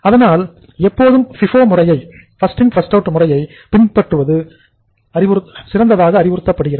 அதனால் எப்போதும் FIFO முறையை பின்பற்றுவது சிறந்ததாக அறிவுறுத்தப்படுகிறது